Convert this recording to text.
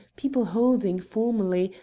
people holding, formerly,